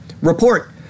Report